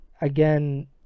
Again